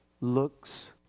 looks